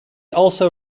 also